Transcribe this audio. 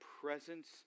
presence